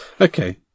Okay